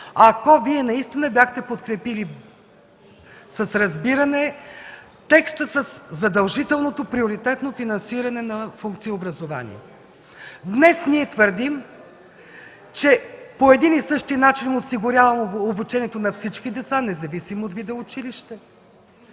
ако Вие наистина бяхте подкрепили с разбиране текста със задължителното приоритетно финансиране на функция „Образование”. Днес ние твърдим, че по един и същи начин осигуряваме обучението на всички деца, независимо от вида училище,